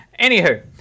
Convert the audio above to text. anywho